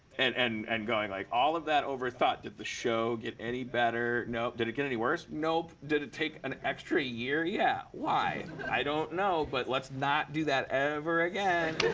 and and and going, like, all of that over-thought did the show get any better? no. did it get any worse? nope. did it take an extra year? yeah. why? i don't know, but let's not do that ever again.